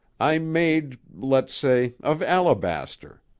i'm made let's say of alabaster.